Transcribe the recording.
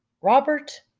Robert